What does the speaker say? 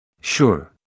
Sure